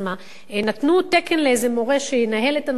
נתנו תקן לאיזה מורה שינהל את הנושא הזה,